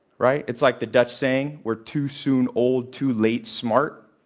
right? it's like the dutch saying, we're too soon old, too late smart.